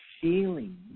feeling